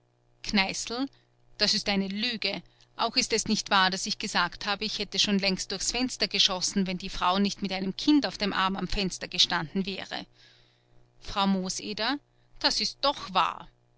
kneißl das ist eine lüge auch ist es nicht wahr daß ich gesagt habe ich hätte schon längst durchs fenster geschossen wenn die frau nicht mit einem kind auf dem arm am fenster gestanden wäre frau mooseder das ist doch wahr